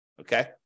Okay